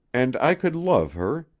and i could love her.